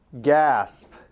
gasp